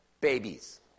babies